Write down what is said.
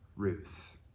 Ruth